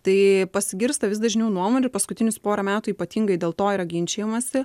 tai pasigirsta vis dažniau nuomonių paskutinius porą metų ypatingai dėl to yra ginčijamasi